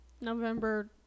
November